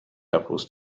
apples